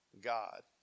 God